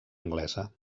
anglesa